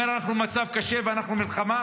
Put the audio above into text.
הוא אומר: אנחנו במצב קשה ואנחנו במלחמה,